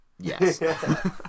yes